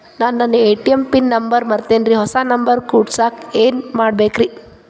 ನಾನು ನನ್ನ ATM pin number ಮರ್ತೇನ್ರಿ, ಹೊಸಾ ನಂಬರ್ ಕುಡಸಾಕ್ ಏನ್ ಮಾಡ್ಬೇಕ್ರಿ?